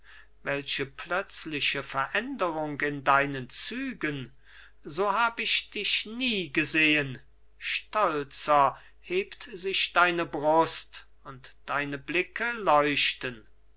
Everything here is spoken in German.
welche plötzliche veränderung in deinen zügen so hab ich dich nie gesehen stolzer hebt sich deine brust und deine blicke leuchten